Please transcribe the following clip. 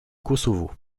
kosovo